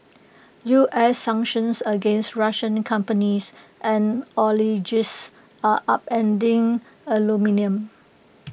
U S sanctions against Russian companies and are upending aluminium